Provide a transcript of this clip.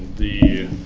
the